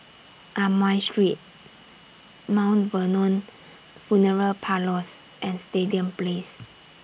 Amoy Street Mount Vernon Funeral Parlours and Stadium Place